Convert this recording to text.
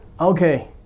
Okay